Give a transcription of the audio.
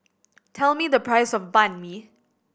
tell me the price of Banh Mi